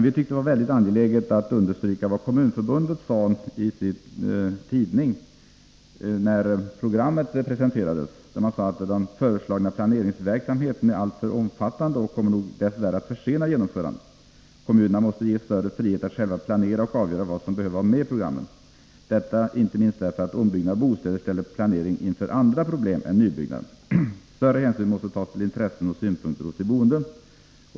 Vi tyckte det var angeläget att understryka vad Kommunförbundet sade i sin tidning Kommun Aktuellt när programmet presenterades: ”Den föreslagna planeringsverksamheten är alltför omfattande och kommer nog dessvärre att försena genomförandet. Kommunerna måste ges större frihet att själva planera och avgöra vad som behöver vara med i programmen. Detta inte minst därför att ombyggnad av bostäder ställer planerarna inför andra problem än nybyggnad. Större hänsyn måste tas till intressen och synpunkter hos de boende.